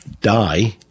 die